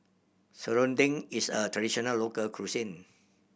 serunding is a traditional local cuisine